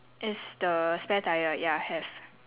is the spare tyre ya have